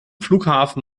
flughafen